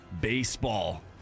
baseball